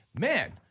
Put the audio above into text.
man